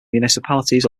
municipalities